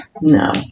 No